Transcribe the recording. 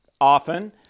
often